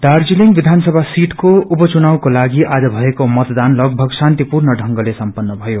दार्जीलिङ वियानसभा सिटको उपचुनावको निम्ति आज भएको मतदान लागभग शान्तिपूर्ण ढंगमा सम्पन्न भयो